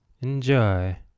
Enjoy